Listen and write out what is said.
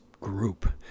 group